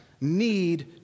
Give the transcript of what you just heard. need